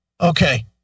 Okay